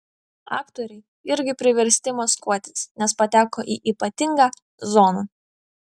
aktoriai irgi priversti maskuotis nes pateko į ypatingą zoną